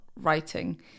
writing